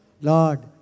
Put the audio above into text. Lord